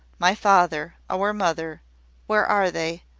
my father our mother where are they?